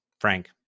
Frank